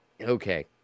Okay